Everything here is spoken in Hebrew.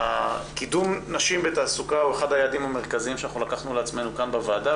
קידום נשים בתעסוקה הוא אחד היעדים שלקחנו על עצמנו כאן בוועדה